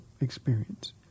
experience